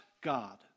God